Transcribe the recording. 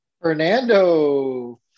Fernando